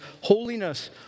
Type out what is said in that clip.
holiness